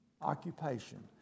occupation